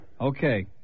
Okay